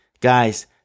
guys